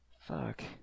Fuck